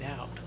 out